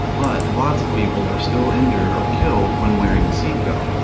but, lots of people are still injured or killed when wearing a seatbelt.